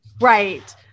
Right